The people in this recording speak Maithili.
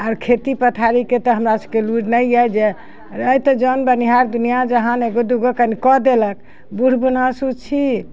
आर खेती पथारीके तऽ हमरा सभके लुरि नहि अइ जे रहै तऽ जोन बनिहार दुनिआ जहान एगो दुगो कनि कऽ देलक बुढ़ बुनासु छी